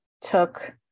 took